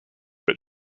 but